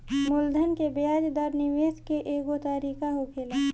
मूलधन के ब्याज दर निवेश के एगो तरीका होखेला